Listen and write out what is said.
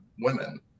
women